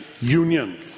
union